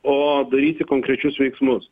o daryti konkrečius veiksmus